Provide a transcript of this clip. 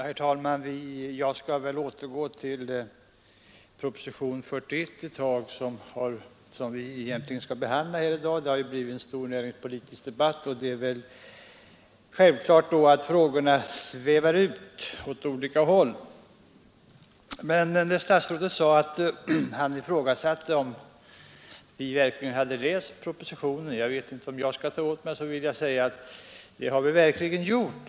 Herr talman! Jag skall återkomma till propositionen 41, som vi ju egentligen skall behandla här i dag; det har nu blivit en stor näringspolitisk debatt, och då är det väl naturligt att frågorna svävar ut åt olika håll. Herr statsrådet ifrågasatte om vi verkligen hade läst propositionen. Jag vet inte om jag skall ta åt mig, men jag vill ändå säga att det har vi verkligen gjort.